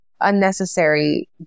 unnecessary